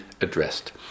addressed